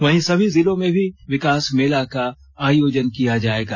वही सभी जिलों में भी विकास मेला का आयोजन किया जाएगा